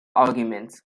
arguments